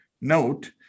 Note